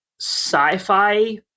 sci-fi